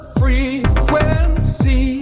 frequency